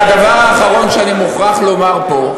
והדבר האחרון שאני מוכרח לומר פה,